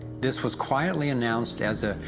this was quietly announced as a.